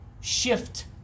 shift